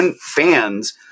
fans